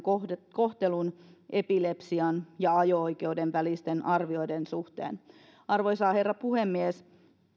kohtelun epilepsian ja ajo oikeuden välisten arvioiden suhteen arvoisa herra puhemies